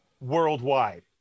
Worldwide